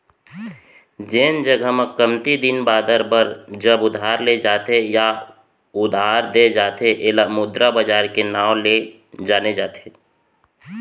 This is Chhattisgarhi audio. जेन जघा म कमती दिन बादर बर जब उधार ले जाथे या उधार देय जाथे ऐला मुद्रा बजार के नांव ले जाने जाथे